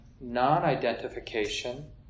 non-identification